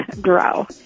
grow